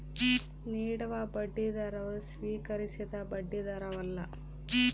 ನೀಡುವ ಬಡ್ಡಿದರವು ಸ್ವೀಕರಿಸಿದ ಬಡ್ಡಿದರವಲ್ಲ